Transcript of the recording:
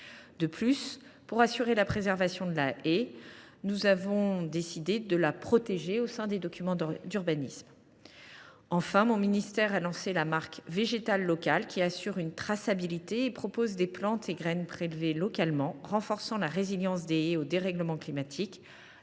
De plus, pour assurer la préservation de la haie, nous avons décidé de la protéger au sein des documents d’urbanisme. Enfin, mon ministère a lancé la marque Végétal local, qui assure une traçabilité des plantes et des graines, lesquelles sont prélevées localement, ce qui renforce la résilience des haies face au dérèglement climatique